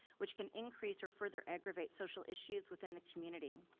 which can increase or further aggravate social issues within the community.